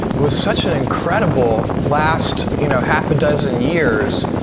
with such an incredible last you know half a dozen years,